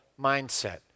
mindset